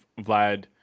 Vlad